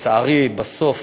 ולצערי בסוף,